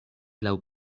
laŭ